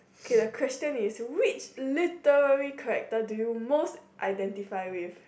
okay the question is which literally character do you most identify with